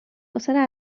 واسه